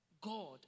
God